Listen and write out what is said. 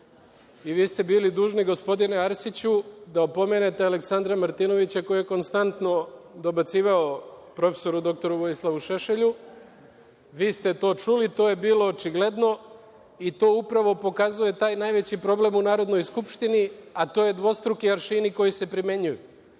I vi ste bili dužni, gospodine Arsiću, da opomenete Aleksandra Martinovića koji je konstantno dobacivao prof. dr Vojislavu Šešelju. Vi ste to čuli, to je bilo očigledno, i to upravo pokazuje taj najveći problem u Narodnoj skupštini, a to su dvostruki aršini koji se primenjuju.